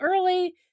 early